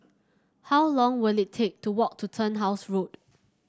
how long will it take to walk to Turnhouse Road